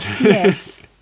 Yes